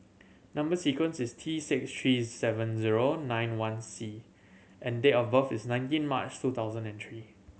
number sequence is T six three seven zero nine one C and date of birth is nineteen March two thousand and three